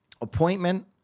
Appointment